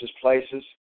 places